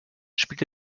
spielte